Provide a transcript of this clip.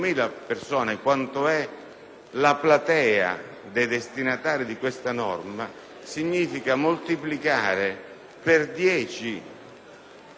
la platea dei destinatari di questa norma, significa moltiplicare per dieci la copertura prevista.